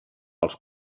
als